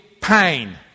pain